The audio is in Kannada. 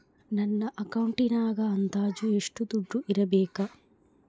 ನನ್ನ ಅಕೌಂಟಿನಾಗ ಅಂದಾಜು ಎಷ್ಟು ದುಡ್ಡು ಇಡಬೇಕಾ?